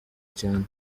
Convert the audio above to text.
cyane